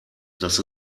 dass